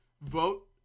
Vote